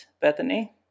Bethany